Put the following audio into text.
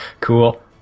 Cool